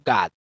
God